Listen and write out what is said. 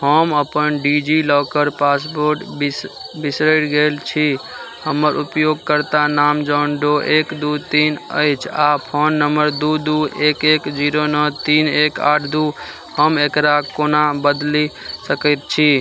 हम अपन DigiLocker password बिस बिसरि गेल छी हमर उपयोगकर्ता नाम जॉन डो एक दुइ तीन अछि आओर फोन नम्बर दुइ दुइ एक एक जीरो नओ तीन एक आठ दुइ हम एकरा कोना बदलि सकै छी